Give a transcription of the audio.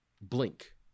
blink